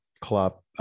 club